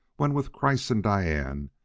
when, with kreiss and diane,